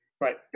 Right